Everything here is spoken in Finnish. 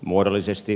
muodollisesti